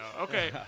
Okay